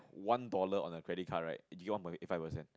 one dollar on the credit card right they give you one point eight five percent